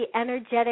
energetic